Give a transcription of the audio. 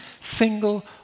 single